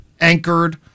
anchored